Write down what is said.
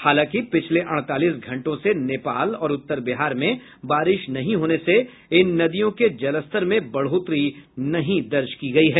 हालांकि पिछले अड़तालीस घंटों से नेपाल और उत्तर बिहार में बारिश नहीं होने से इन नदियों के जलस्तर में बढ़ोत्तरी नहीं दर्ज की गयी है